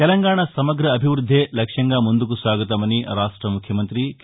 తెలంగాణ సమగ్ర అభివృద్దే లక్ష్యంగా ముందుకు సాగుతామని ముఖ్యమంతి కె